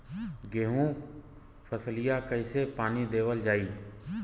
गेहूँक फसलिया कईसे पानी देवल जाई?